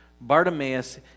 Bartimaeus